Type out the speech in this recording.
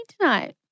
tonight